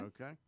Okay